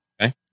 Okay